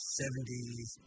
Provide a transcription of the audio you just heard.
70s